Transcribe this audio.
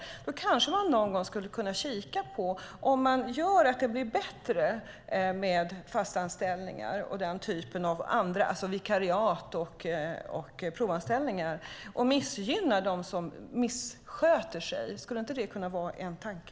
Någon gång kanske man skulle titta på vad som händer om man ser till att gynna fastanställningar eller vikariat och provanställningar och missgynna dem som missköter sig. Skulle inte det kunna vara en tanke?